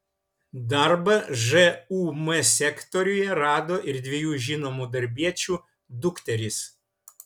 darbą žūm sektoriuje rado ir dviejų žinomų darbiečių dukterys